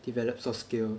develop soft skill